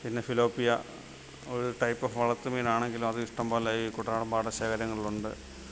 പിന്നെ ഫിലോപ്പിയ ഒര് ടൈപ്പ് ഓഫ് വളത്ത് മീനാണെങ്കിലും അത് ഇഷ്ടംപോലെ ഈ കുട്ടനാടൻ പാടശേഖരങ്ങളിലുമുണ്ട്